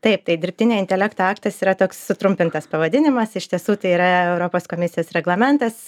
taip tai dirbtinio intelekto aktas yra toks sutrumpintas pavadinimas iš tiesų tai yra europos komisijos reglamentas